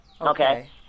Okay